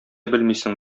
белмисең